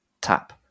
tap